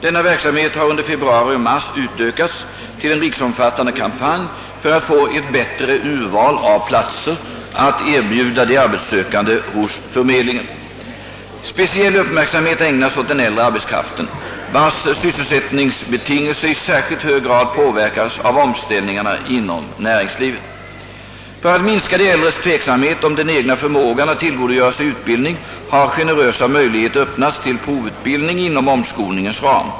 Denna verksamhet har under februari och mars utökats till en riksomfattande kampanj för att få ett bättre urval av platser att erbjuda de arbetssökande hos förmedlingen. Speciell uppmärksamhet ägnas åt den äldre arbetskraften, vars sysselsättningsbetingelser i särskilt hög grad påverkas av omställningarna inom näringslivet. För att minska de äldres tveksamhet om den egna förmågan att tillgodogöra sig utbildning har generösa möjligheter öppnats till provutbildning inom omskolningens ram.